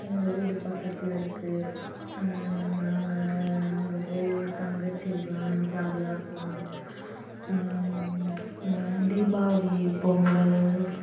எங்கள் வீடு பக்கத்தில் இருக்குது நாங்கள் அங்கே போய் தங்கச்சிகளெலாம் ஜாலியாக இருப்போம் தீபாவளி பொங்கல்